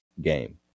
game